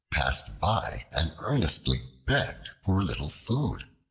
passed by and earnestly begged for a little food.